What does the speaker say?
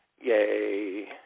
Yay